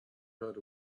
heard